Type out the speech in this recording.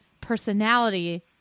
personality